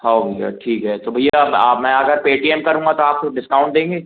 हओ भैया ठीक है तो भैया अब आप मैं अगर पे टी एम करूँगा तओ आप कुछ डिस्काउंट देंगे